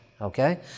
Okay